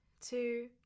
two